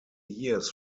years